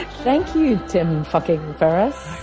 thank you, tim fucking ferriss.